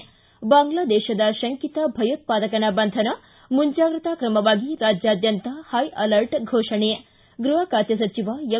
್ತಿ ಬಾಂಗ್ನಾದೇಶದ ಶಂಕಿತ ಭಯೋತ್ನಾದಕನ ಬಂಧನ ಮುಂಜಾಗ್ರತಾ ಕ್ರಮವಾಗಿ ರಾಜ್ಯಾದ್ಯಂತ ಹೈ ಅಲರ್ಟ್ ಫೋಷಣೆ ಗ್ಬಹ ಖಾತೆ ಸಚಿವ ಎಂ